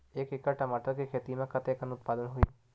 एक एकड़ टमाटर के खेती म कतेकन उत्पादन होही?